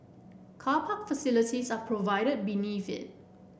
car park facilities are provided beneath it